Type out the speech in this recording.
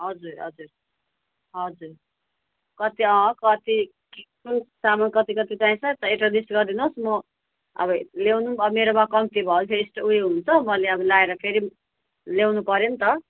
हजुर हजुर हजुर कति कति कुन सामान कति कति चाहिन्छ एउटा लिस्ट गरिदिनोस् म अब ल्याउनु पनि अब मेरोमा कम्ती भयो यस्तो उयो हुन्छ मैले अब लाएर फेरि ल्याउनु पऱ्यो नि त